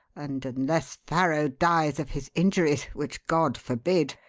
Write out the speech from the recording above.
and unless farrow dies of his injuries which god forbid!